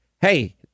Hey